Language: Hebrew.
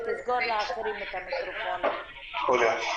תודה רבה.